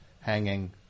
hanging